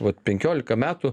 vat penkiolika metų